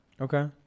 Okay